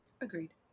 Agreed